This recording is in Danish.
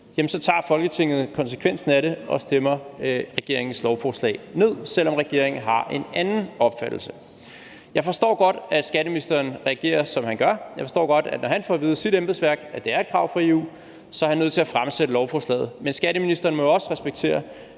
EU, tager Folketinget konsekvensen af det og stemmer regeringens lovforslag ned, selv om regeringen har en anden opfattelse. Jeg forstår godt, at skatteministeren reagerer, som han gør; jeg forstår godt, at når han får at vide af sit embedsværk, at det er et krav fra EU, er han nødt til at fremsætte lovforslaget. Men skatteministeren må jo også respektere,